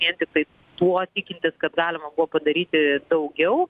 vien tiktai tuo tikintys kad galima buvo padaryti daugiau